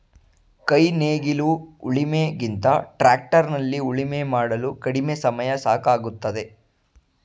ಕೈ ನೇಗಿಲು ಉಳಿಮೆ ಗಿಂತ ಟ್ರ್ಯಾಕ್ಟರ್ ನಲ್ಲಿ ಉಳುಮೆ ಮಾಡಲು ಕಡಿಮೆ ಸಮಯ ಸಾಕಾಗುತ್ತದೆ